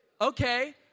Okay